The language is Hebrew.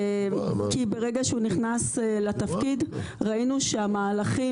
כי ברגע שהוא נכנס לתפקיד ראינו שהמהלכים